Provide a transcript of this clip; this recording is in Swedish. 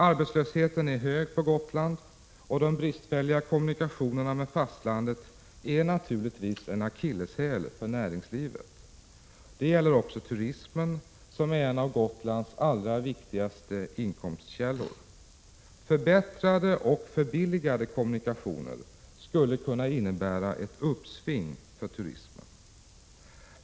Arbetslösheten är hög på Gotland, och de bristfälliga kommunikationerna med fastlandet är naturligtvis en akilleshäl för näringslivet. Det gäller också turismen, som är en av Gotlands allra viktigaste inkomstkällor. Förbättrade och förbilligade kommunikationer skulle kunna innebära ett uppsving för turismen.